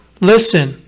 Listen